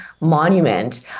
monument